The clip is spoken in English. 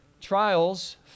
Trials